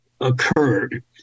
occurred